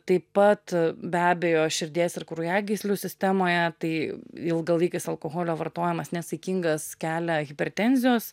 taip pat be abejo širdies ir kraujagyslių sistemoje tai ilgalaikis alkoholio vartojimas nesaikingas kelia hipertenzijos